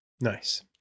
Nice